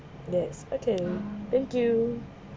yes okay thank you